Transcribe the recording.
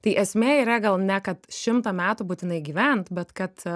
tai esmė yra gal ne kad šimto metų būtinai gyvent bet kad